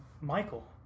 Michael